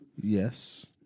Yes